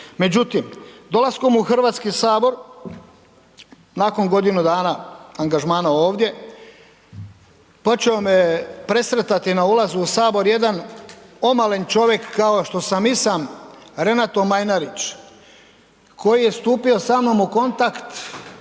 Međutim, dolaskom u Hrvatski sabor, nakon godinu dana angažmana ovdje počeo me je presretati na ulazu u sabor jedan omalen čovjek kao što sam i sam, Renato Majnarić koji je stupio sa mnom u kontakt,